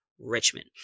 Richmond